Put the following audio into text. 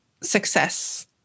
success